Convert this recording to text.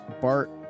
Bart